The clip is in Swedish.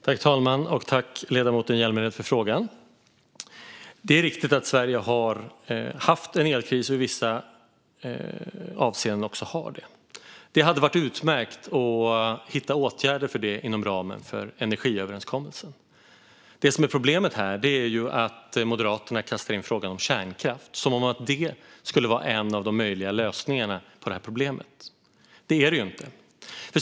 Fru talman! Tack, ledamoten Hjälmered, för frågan! Det är riktigt att Sverige har haft en elkris och i vissa avseenden också har det. Det hade varit utmärkt att hitta åtgärder för det inom ramen för energiöverenskommelsen. Det som är problemet här är att Moderaterna kastar in frågan om kärnkraft som att det skulle vara en av de möjliga lösningarna på problemet. Det är det inte.